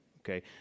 okay